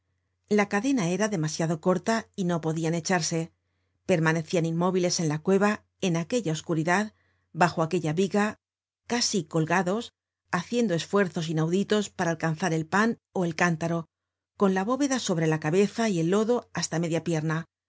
la cadena era demasiado corta y no podian echarse permanecian inmóviles en la cueva en aquella oscuridad bajo aquella viga casi colgados haciendo esfuerzos inauditos para alcanzar el pan ó el cántaro con la bóveda sobre la cabeza y el lodo hasta media pierna